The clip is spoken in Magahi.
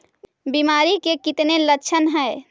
बीमारी के कितने लक्षण हैं?